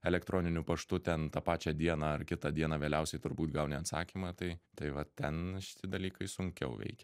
elektroniniu paštu ten tą pačią dieną ar kitą dieną vėliausiai turbūt gauni atsakymą tai tai va ten šiti dalykai sunkiau veikia